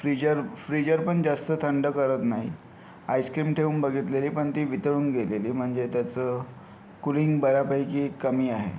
freezer freezer पण जास्त थंड करत नाही आईस्क्रीम ठेवून बघितलेली पण ती वितळून गेलेली म्हणजे त्याचं कुलिंग बऱ्यापैकी कमी आहे